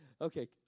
Okay